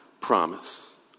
promise